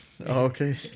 Okay